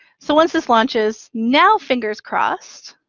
so once this launches, now, fingers crossed,